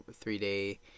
three-day